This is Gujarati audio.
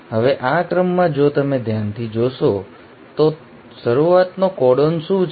હવે આ ક્રમમાં જો તમે ધ્યાનથી જોશો તો શરૂઆત કોડોન શું છે